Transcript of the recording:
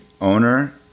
owner